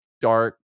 dark